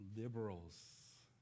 Liberals